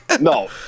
no